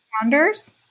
founders